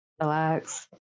relax